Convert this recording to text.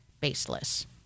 baseless